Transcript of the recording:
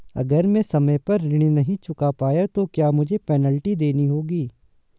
अगर मैं समय पर ऋण नहीं चुका पाया तो क्या मुझे पेनल्टी देनी होगी?